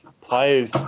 players